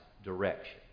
Direction